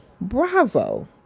bravo